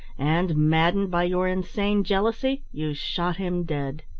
and maddened by your insane jealousy, you shot him dead.